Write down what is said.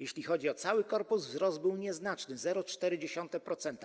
Jeśli chodzi o cały korpus, wzrost był nieznaczny - 0,4%,